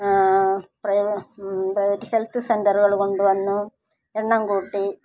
private health സെൻററുകൾ കൊണ്ടുവന്നു എണ്ണം കൂട്ടി